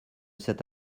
cet